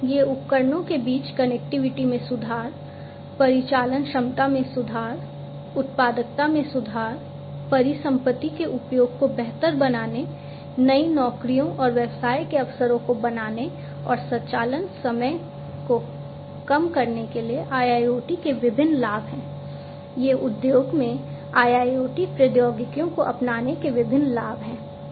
तो ये उपकरणों के बीच कनेक्टिविटी में सुधार परिचालन क्षमता में सुधार उत्पादकता में सुधार परिसंपत्ति के उपयोग को बेहतर बनाने नई नौकरियों और व्यवसाय के अवसरों को बनाने और संचालन समय को कम करने के लिए IIoT के विभिन्न लाभ हैं ये उद्योग में IIoT प्रौद्योगिकियों को अपनाने के विभिन्न लाभ हैं